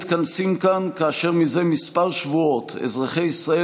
אנו מתכנסים כאן כאשר זה כמה שבועות אזרחי ישראל